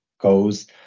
goes